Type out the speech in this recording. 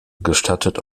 gestattet